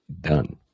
done